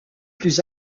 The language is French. plus